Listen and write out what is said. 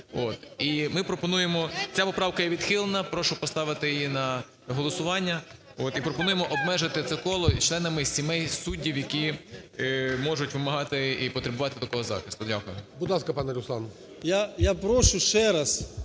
і ми пропонуємо… Ця поправка є відхилена, прошу поставити її на голосування, і пропонуємо обмежити це коло членами сімей суддів, які можуть вимагати і потребувати такого захисту. Дякую.